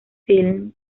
film